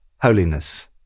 holiness